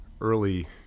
early